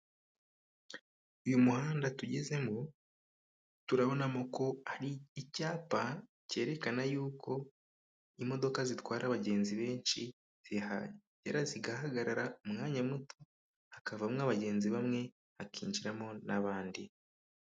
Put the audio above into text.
Uyu muhanda tugezemo turabonamo ko hari icyapa cyerekana yuko imodoka zitwara abagenzi benshi zihagera zigahagarara umwanya muto, hakavamo abagenzi bamwe hakinjiramo n'abandi.